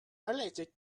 allergic